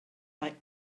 like